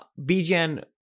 BGN